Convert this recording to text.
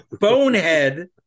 bonehead